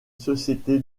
société